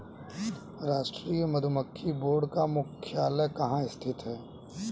राष्ट्रीय मधुमक्खी बोर्ड का मुख्यालय कहाँ स्थित है?